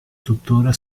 tuttora